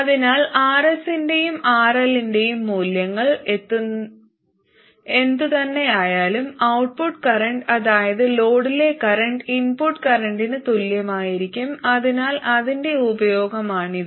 അതിനാൽ RS ന്റെയും RL ന്റെയും മൂല്യങ്ങൾ എന്തുതന്നെയായാലും ഔട്ട്പുട്ട് കറൻറ് അതായത് ലോഡിലെ കറൻറ് ഇൻപുട്ട് കറന്റിന് തുല്യമായിരിക്കും അതിനാൽ അതിന്റെ ഉപയോഗമാണിത്